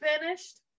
finished